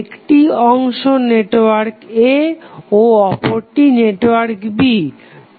একটি অংশ network A ও অপরটি নেটওয়ার্ক B